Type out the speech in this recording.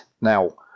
Now